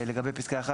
לגבי פסקה (1),